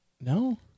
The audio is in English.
no